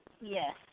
Yes